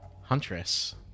Huntress